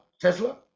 Tesla